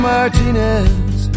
Martinez